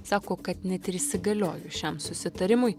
sako kad net ir įsigaliojus šiam susitarimui